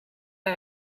are